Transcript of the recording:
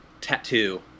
tattoo